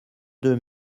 deux